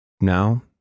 Now